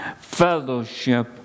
fellowship